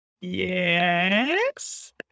Yes